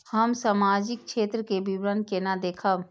हम सामाजिक क्षेत्र के विवरण केना देखब?